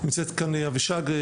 נמצאת כאן אבישג סבג,